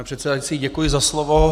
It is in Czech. Pane předsedající, děkuji za slovo.